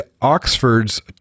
Oxford's